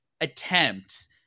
attempt